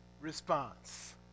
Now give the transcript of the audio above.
response